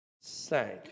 sank